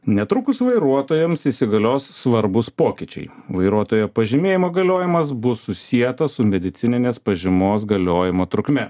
netrukus vairuotojams įsigalios svarbūs pokyčiai vairuotojo pažymėjimo galiojimas bus susietas su medicininės pažymos galiojimo trukme